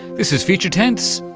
this is future tense,